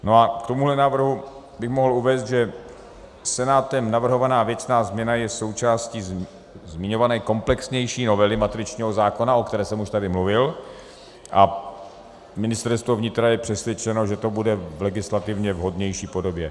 K tomuhle návrhu bych mohl uvést, že Senátem navrhovaná věcná změna je součástí zmiňované komplexnější novely matričního zákona, o které jsem už tady mluvil, a Ministerstvo vnitra je přesvědčeno, že to bude v legislativně vhodnější podobě.